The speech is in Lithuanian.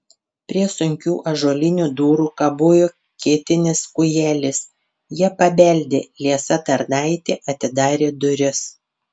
prie sunkių ąžuolinių durų kabojo ketinis kūjelis jie pabeldė liesa tarnaitė atidarė duris